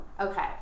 Okay